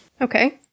Okay